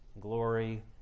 glory